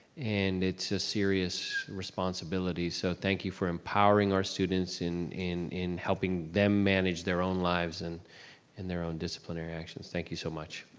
and it's a serious responsibility, so thank you for empowering our students in in helping them manage their own lives and and their own disciplinary actions, thank you so much.